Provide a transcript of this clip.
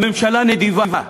הממשלה נדיבה.